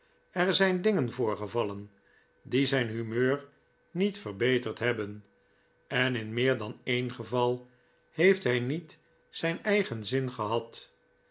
er zijn p p dingen voorgevallen die zijn humeur niet verbeterd hebben en in meer dan e'en geval heeft hij niet zijn eigen zin gehad